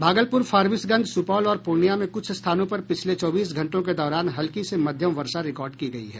भागलपुर फारबिसगंज सुपौल और पूर्णियां में कुछ स्थानों पर पिछले चौबीस घंटों के दौरान हल्की से मध्यम वर्षा रिकॉर्ड की गयी है